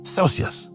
Celsius